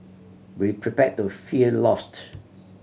be prepared to feel lost